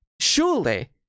surely